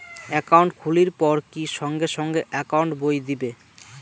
Account খুলির পর কি সঙ্গে সঙ্গে একাউন্ট বই দিবে?